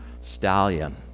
stallion